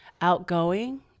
outgoing